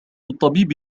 الطبيب